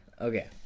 Okay